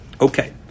Okay